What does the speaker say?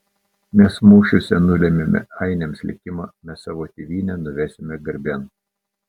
mes mūšiuose nulėmėme ainiams likimą mes savo tėvynę nuvesime garbėn